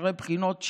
אחרי בחינות,